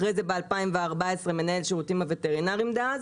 אחרי זה ס-2014 מנהל השירותים הווטרינריים דאז.